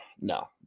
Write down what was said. No